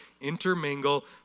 intermingle